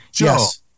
yes